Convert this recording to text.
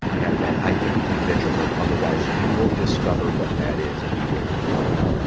and that i need to be vigilant, otherwise you will discover what that is and you will leave me.